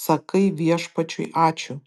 sakai viešpačiui ačiū